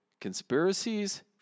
conspiracies